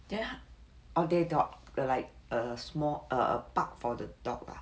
then all there dog like a small err a park for the dog ah